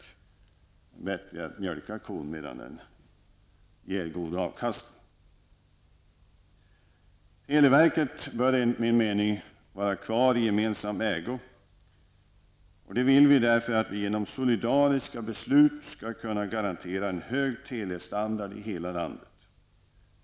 Det är bättre att mjölka kon medan den ger god avkastning. För det första vill vi har kvar televerket i gemensam ägo. Det vill vi därför att vi genom solidariska beslut skall kunna garantera en hög telestandard i hela landet.